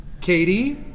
Katie